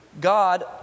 God